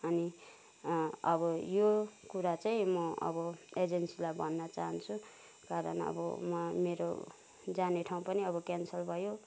अनि अब यो कुरा चाहिँ म अब एजेन्सीलाई भन्न चाहन्छु कारण अब म मेरो जाने ठाउँ पनि अब क्यान्सल भयो